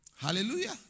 Hallelujah